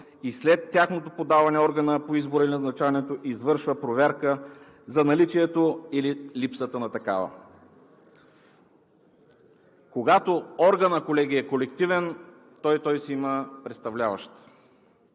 и след тяхното подаване органът по избора и назначаването извършва проверка за наличието или липсата на такава. Когато органът, колеги, е колективен, той си има представляващ.